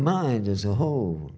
mind as a whole